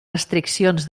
restriccions